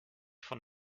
von